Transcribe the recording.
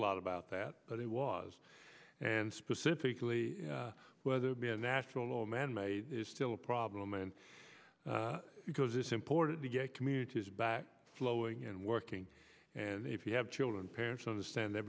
lot about that but it was and specifically whether it be a natural or manmade it is still a problem and because it's important to get communities back flowing and working and if you have children parents understand th